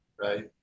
right